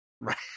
Right